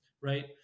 right